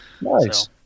Nice